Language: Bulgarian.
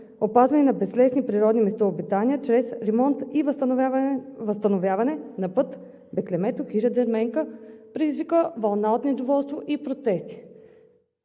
„Опазване на безлесни природни местообитания чрез ремонт и възстановяване на път „Беклемето“ – хижа „Дерменка“, предизвика вълна от недоволство и протести.